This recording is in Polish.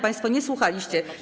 Państwo nie słuchaliście.